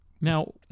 Now